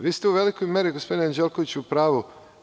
Vi ste u velikoj meri, gospodine Anđelkoviću, u pravu.